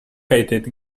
hated